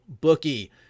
bookie